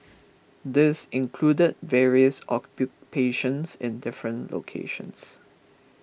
this included various occupations in different locations